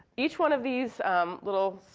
each one of these little